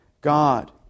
God